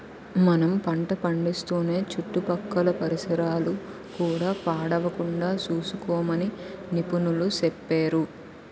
మనం పంట పండిస్తూనే చుట్టుపక్కల పరిసరాలు కూడా పాడవకుండా సూసుకోమని నిపుణులు సెప్పేరు